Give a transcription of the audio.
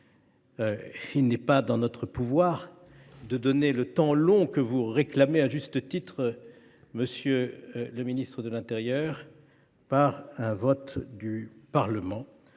il n’est pas en notre pouvoir de donner le temps long que vous réclamez à juste titre, monsieur le ministre de l’intérieur, par un vote du Parlement.